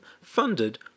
funded